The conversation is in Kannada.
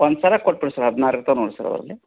ಒಂದು ಸರ ಕೊಟ್ಬೀಡಿ ಸರ್ ಹದಿನಾರು ಇರ್ತಾವೆ ನೋಡ್ರಿ ಸರ್ ಅದರಲ್ಲಿ